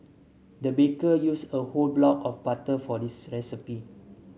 the baker used a whole block of butter for this recipe